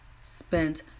spent